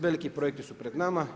Veliki projekti su pred nama.